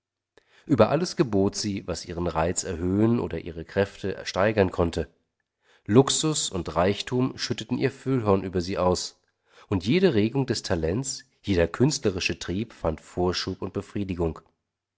über alles gebot sie was ihren reiz erhöhen oder ihre kräfte steigern konnte luxus und reichtum schütteten ihr füllhorn über sie aus und jede regung des talents jeder künstlerische trieb fand vorschub und befriedigung